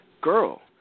girl